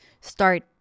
start